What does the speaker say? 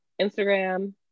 Instagram